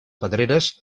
pedreres